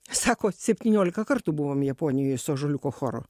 sako septyniolika kartų buvom japonijoj su ąžuoliuko choru